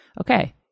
okay